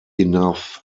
enough